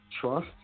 trust